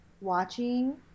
watching